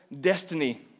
destiny